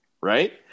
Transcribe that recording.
right